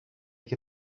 και